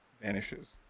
vanishes